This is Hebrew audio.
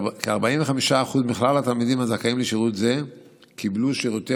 כ-45% מכלל התלמידים הזכאים לשירות זה קיבלו שירותי